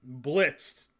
blitzed